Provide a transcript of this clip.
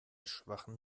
schwachem